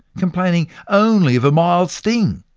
complaining only of a mild sting.